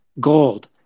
gold